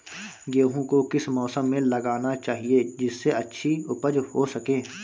गेहूँ को किस मौसम में लगाना चाहिए जिससे अच्छी उपज हो सके?